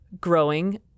growing